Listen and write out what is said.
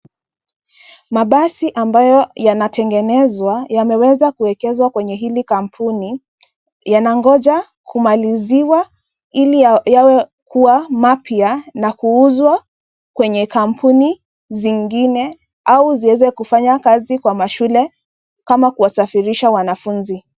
Mabasi ambayo yanatengenezwa yameweza kuegeshwa kwenye hili kampuni . Yanangoja kumaliziwa ili yawe mapya na kuuzwa kwenye kampuni zingine au ziweze kufanya kazi kwa mashule kama kuwasafirisha wanafunzi.